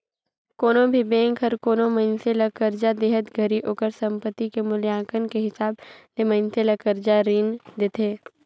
कोनो भी बेंक हर कोनो मइनसे ल करजा देहत घरी ओकर संपति के मूल्यांकन के हिसाब ले मइनसे ल करजा रीन देथे